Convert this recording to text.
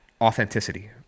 authenticity